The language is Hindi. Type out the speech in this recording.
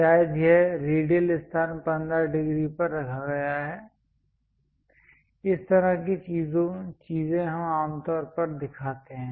शायद यह रेडियल स्थान 15 डिग्री पर रखा गया है इस तरह की चीजें हम आमतौर पर दिखाते हैं